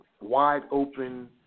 wide-open